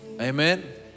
Amen